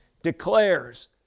declares